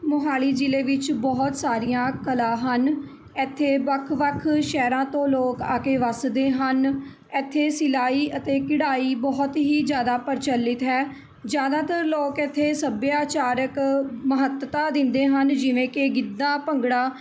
ਮੋਹਾਲੀ ਜ਼ਿਲ੍ਹੇ ਵਿੱਚ ਬਹੁਤ ਸਾਰੀਆਂ ਕਲਾ ਹਨ ਇੱਥੇ ਵੱਖ ਵੱਖ ਸ਼ਹਿਰਾਂ ਤੋਂ ਲੋਕ ਆ ਕੇ ਵੱਸਦੇ ਹਨ ਇੱਥੇ ਸਿਲਾਈ ਅਤੇ ਕਢਾਈ ਬਹੁਤ ਹੀ ਜ਼ਿਆਦਾ ਪ੍ਰਚਲਿਤ ਹੈ ਜ਼ਿਆਦਾਤਰ ਲੋਕ ਇੱਥੇ ਸੱਭਿਆਚਾਰਕ ਮਹੱਤਤਾ ਦਿੰਦੇ ਹਨ ਜਿਵੇਂ ਕਿ ਗਿੱਧਾ ਭੰਗੜਾ